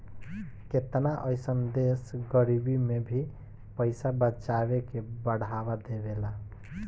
केतना अइसन देश गरीबी में भी पइसा बचावे के बढ़ावा देवेला